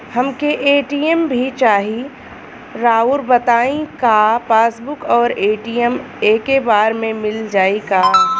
हमके ए.टी.एम भी चाही राउर बताई का पासबुक और ए.टी.एम एके बार में मील जाई का?